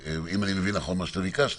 אם אני מבין נכון מה שאתה ביקשת,